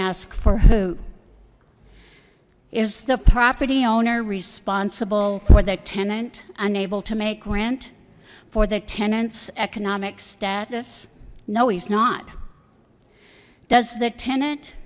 asked for who is the property owner responsible for the tenant unable to make rent for the tenants economic status no he's not does the tenant